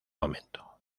momento